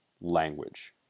language